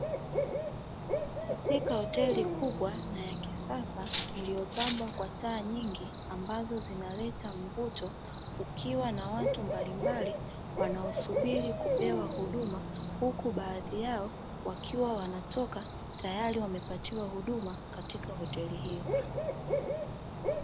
Katika hoteli kubwa na ya kisasa iliyopambwa kwa taa nyingi ambazo zinaleta mvuto, kukiwa na watu mbalimbali wanaosubiri kupewa huduma, huku baadhi yao wakiwa wanatoka tayari wamepatiwa huduma katika hoteli hiyo.